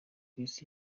isi